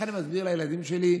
איך אני מסביר לילדים שלי.